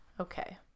okay